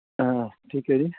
ਹਾਂ ਠੀਕ ਹੈ ਜੀ